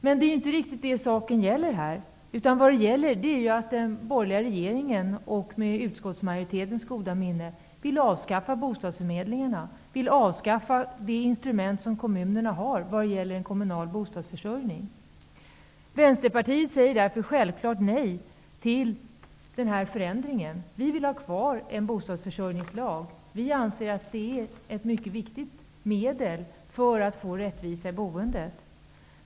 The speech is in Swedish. Men det är inte riktigt det som saken gäller här, utan det är att den borgerliga regeringen med utskottsmajoritetens goda minne vill avskaffa bostadsförmedlingarna, de instrument som kommunerna har för en kommunal bostadsförsörjning. Vänsterpartiet säger därför självfallet nej till denna förändring. Vi vill ha kvar en bostadsförsörjningslag. Vi anser att den är ett mycket viktigt medel för att få rättvisa i boendet.